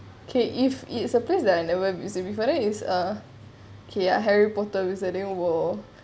okay if it's a place that I never seen before that is a okay a harry potter wizarding world